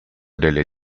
delle